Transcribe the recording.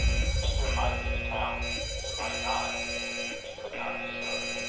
the figure might be the count's it might not he could not be sure.